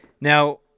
now